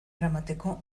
eramateko